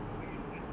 why you don't want